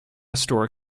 store